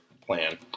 plan